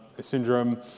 syndrome